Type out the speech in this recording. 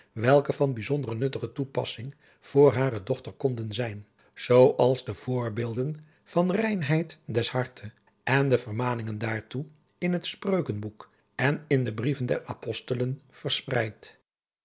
welke van bijzondere nuttige toepassing voor hare dochter konden zijn zoo als de voorbeelden van reinheid des harte en de vermaningen daartoe in het spreukenboek en in de brieven der apostelen verspreid